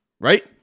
Right